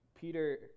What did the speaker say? Peter